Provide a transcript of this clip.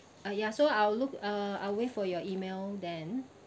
uh ya so I will look uh I'll wait for your email then